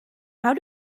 how